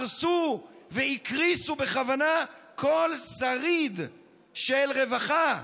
הרס והקריס בכוונה כל שריד של רווחה.